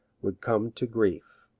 would come to grief.